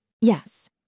Yes